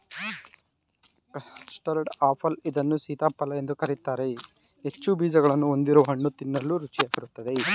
custard apple ಇದನ್ನು ಸೀತಾಫಲ ಎಂದು ಕರಿತಾರೆ ಹೆಚ್ಚು ಬೀಜಗಳನ್ನು ಹೊಂದಿರುವ ಹಣ್ಣು ತಿನ್ನಲು ರುಚಿಯಾಗಿರುತ್ತದೆ